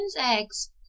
eggs